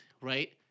right